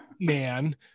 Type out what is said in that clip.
man